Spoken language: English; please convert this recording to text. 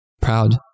proud